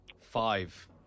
Five